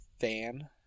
fan